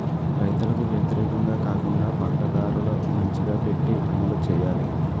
రైతులకు వ్యతిరేకంగా కాకుండా పంట ధరలు మంచిగా పెట్టి అమలు చేయాలి